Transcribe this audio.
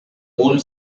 old